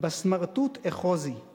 בסמרטוט אחוזי,/